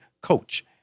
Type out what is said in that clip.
Coach